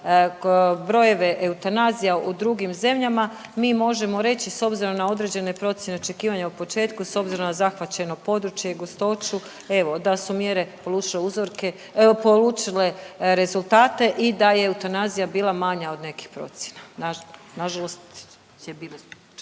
brojeve eutanazija u drugim zemljama mi možemo reći s obzirom na određene procjene očekivanja u početku s obzirom na zahvaćeno područje i gustoću, evo da su mjere polučile uzorke polučile rezultate i da je eutanazija bila manja od nekih procjena. Nažalost … **Jandroković,